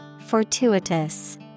Fortuitous